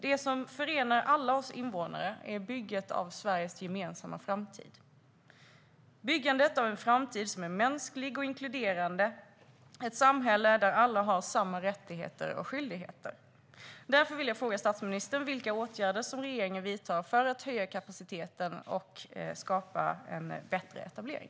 Det som förenar alla oss invånare är byggandet av Sveriges gemensamma framtid - byggandet av en framtid som är mänsklig och inkluderande och ett samhälle där alla har samma rättigheter och skyldigheter. Därför vill jag fråga statsministern vilka åtgärder som regeringen vidtar för att höja kapaciteten och skapa en bättre etablering.